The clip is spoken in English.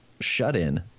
shut-in